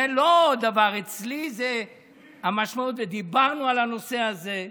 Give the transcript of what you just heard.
זה לא דבר, אצלי, ודיברנו על הנושא הזה,